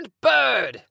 bird